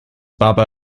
baba